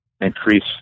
increase